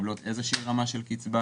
שמקבלות איזה שהיא רמה של קצבה.